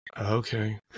Okay